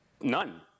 None